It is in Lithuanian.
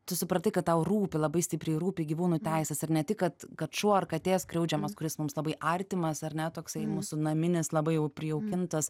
tu supratai kad tau rūpi labai stipriai rūpi gyvūnų teisės ir ne tik kad kad šuo ar katė skriaudžiamas kuris mums labai artimas ar ne toksai mūsų naminis labai jau prijaukintas